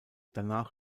danach